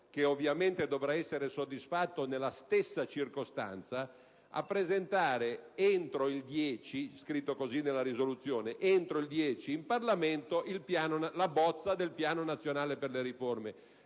che ovviamente dovrà essere soddisfatto nella stessa circostanza, a presentare entro il 10 novembre - scritto così nella risoluzione - in Parlamento la bozza del Piano nazionale per le riforme.